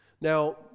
Now